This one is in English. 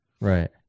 right